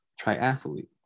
triathlete